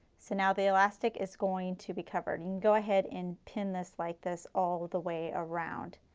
so now the elastic is going to be covered and go ahead and pin this like this all the way around.